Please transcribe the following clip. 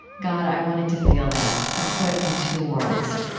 god, i wanted to feel that, a foot in two worlds,